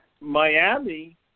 Miami